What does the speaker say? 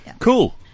Cool